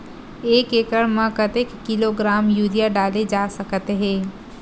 एक एकड़ म कतेक किलोग्राम यूरिया डाले जा सकत हे?